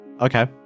Okay